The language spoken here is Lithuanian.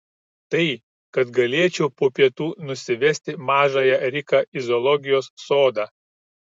tai kad galėčiau po pietų nusivesti mažąją riką į zoologijos sodą